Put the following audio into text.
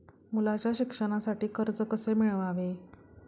मुलाच्या शिक्षणासाठी कर्ज कसे मिळवावे?